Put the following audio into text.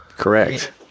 Correct